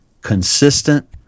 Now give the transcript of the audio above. consistent